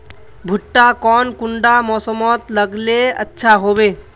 भुट्टा कौन कुंडा मोसमोत लगले अच्छा होबे?